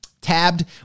tabbed